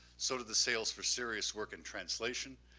so did the sales for serious work in translation,